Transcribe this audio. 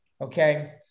okay